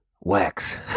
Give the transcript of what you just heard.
wax